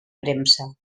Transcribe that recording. premsa